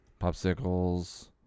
Popsicles